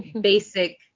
basic